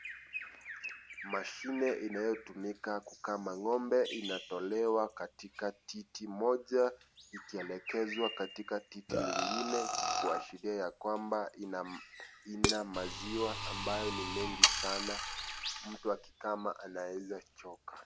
Mashine inayotumika kukama ng'ombe inatolewa katika titi moja ikielekezwa katika titi lingine kuashiria kwamba ina maziwa ambayo ni mengi sana mtu akikama anaeeza choka.